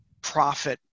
profit